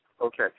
Okay